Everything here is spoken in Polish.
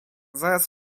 zaraz